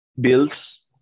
bills